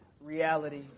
reality